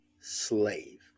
slave